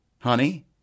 Honey